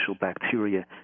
bacteria